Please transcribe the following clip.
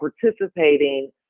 participating